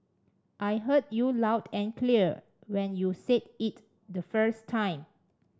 I heard you loud and clear when you said it the first time